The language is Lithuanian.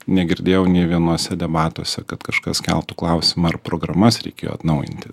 negirdėjau nė vienuose debatuose kad kažkas keltų klausimą ar programas reikėjo atnaujinti